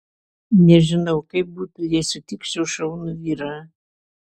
nežinau kaip būtų jei sutikčiau šaunų vyrą